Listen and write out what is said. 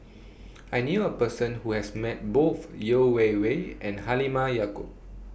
I knew A Person Who has Met Both Yeo Wei Wei and Halimah Yacob